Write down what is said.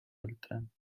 beltrán